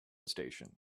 station